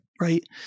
Right